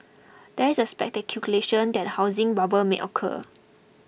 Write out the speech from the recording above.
there is a speculation that a housing bubble may occur